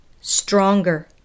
stronger